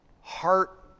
heart